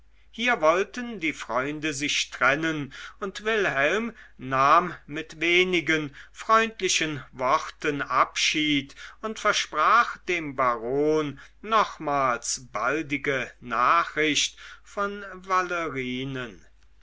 hier wollten die freunde sich trennen und wilhelm nahm mit wenigen freundlichen worten abschied und versprach dem baron nochmals baldige nachricht von